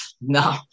no